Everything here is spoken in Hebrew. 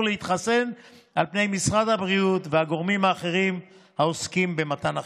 להתחסן על פני משרד הבריאות והגורמים האחרים העוסקים במתן החיסונים.